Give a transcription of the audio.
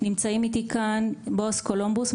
נמצאים איתי כאן בועז קולומבוס,